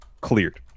cleared